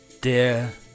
dear